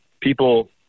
people